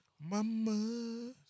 Mama